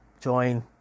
join